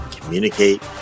communicate